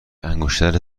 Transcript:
انگشتر